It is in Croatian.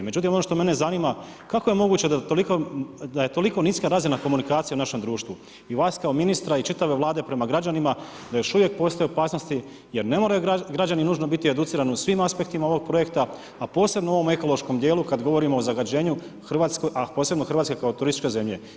Međutim, ono što mene zanima, kako je moguće da je toliko niska razina komunikacija u našem društvu, i vas kao ministra i čitave vlade prema građanima, da još uvijek postoje opasanosti, jer ne moraju građani nužno biti educirani u svim aspektima ovog projekta, a posebno u ovom ekološkom dijelu, kada govorimo o zagađenju, a posebno Hrvatske, kao turističke zemlje.